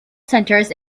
centers